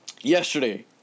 yesterday